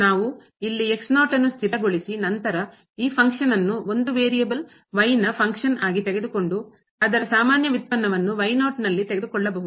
ನಾವು ಇಲ್ಲಿ ನ್ನು ಸ್ಥಿರಗೊಳಿಸಿ ನಂತರ ಈ ಫಂಕ್ಷನ್ನ್ನು ಕಾರ್ಯವನ್ನು ಒಂದು ವೇರಿಯೇಬಲ್ ನ ಫಂಕ್ಷನ್ ಕಾರ್ಯ ಆಗಿ ತೆಗೆದುಕೊಂಡು ಅದರ ಸಾಮಾನ್ಯ ವ್ಯುತ್ಪನ್ನವನ್ನು ನಲ್ಲಿ ತೆಗೆದುಕೊಳ್ಳಬಹುದು